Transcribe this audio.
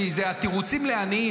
כי זה התירוצים לעניים,